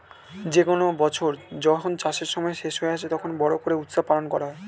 যে কোনো বছর যখন চাষের সময় শেষ হয়ে আসে, তখন বড়ো করে উৎসব পালন করা হয়